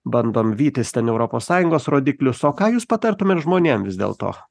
bandom vytis ten europos sąjungos rodiklius o ką jūs patartumėt žmonėm vis dėlto